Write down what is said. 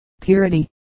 purity